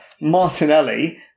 Martinelli